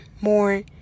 more